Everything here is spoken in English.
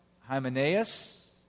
Hymenaeus